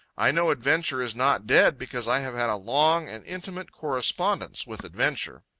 i know adventure is not dead because i have had a long and intimate correspondence with adventure.